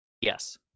Yes